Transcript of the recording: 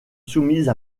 soumise